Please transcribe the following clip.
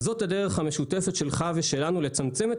זאת הדרך המשותפת שלך ושלנו לצמצם את